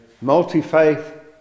multi-faith